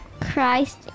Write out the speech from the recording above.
Christ